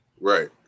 Right